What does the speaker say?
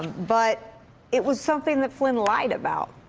but it was something that flynn lied about.